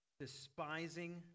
despising